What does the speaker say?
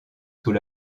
sous